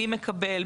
מי מקבל,